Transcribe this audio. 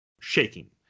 shaking